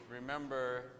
remember